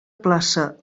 plaça